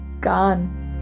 gone